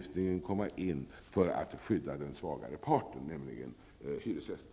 träda in för att skydda den svagare parten, nämligen hyresgästen.